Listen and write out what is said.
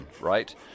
right